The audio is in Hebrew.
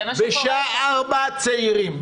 זה מה שקורה --- בשעה 16:00 צעירים,